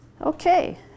Okay